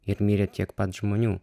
ir mirė tiek pat žmonių